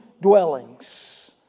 dwellings